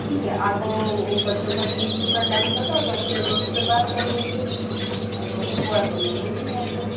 ठीक है आप बच्चों के ट्यूशन का टाइम बता दो फिर उसके बाद मैं बोलती हूँ अगर हुआ तो मैं बोल दूँगी आपको